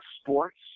sports